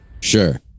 Sure